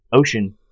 ocean